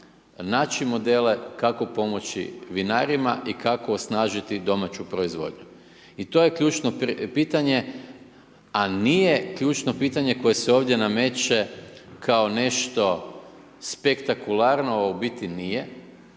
naći modele kako pomoći vinarima i kako osnažiti domaću proizvodnju. I to je ključno pitanje a nije ključno pitanje koje se ovdje nameće kao nešto spektakularno a u biti nije